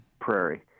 prairie